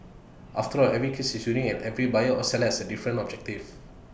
after all every case is unique and every buyer or seller has A different objective